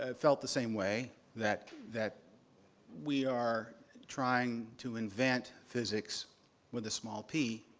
ah felt the same way, that that we are trying to invent physics with a small p.